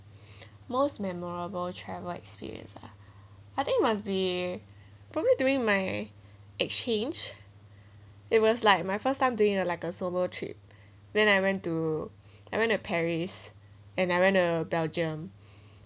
most memorable travel experience ah I think must be probably during my exchange it was like my first time doing like a solo trip when I went to I went to paris and I went to belgium